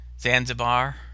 Zanzibar